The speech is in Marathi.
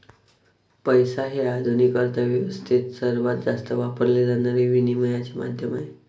पैसा हे आधुनिक अर्थ व्यवस्थेत सर्वात जास्त वापरले जाणारे विनिमयाचे माध्यम आहे